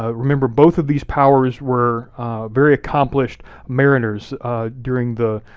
ah remember both of these powers were very accomplished mariners during the